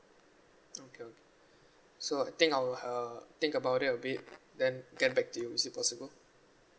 okay okay so I think I'll uh think about it a bit then get back to you is it possible